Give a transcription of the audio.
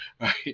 right